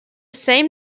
same